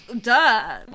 duh